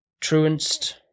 truanced